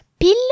pile